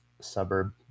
suburb